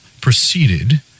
proceeded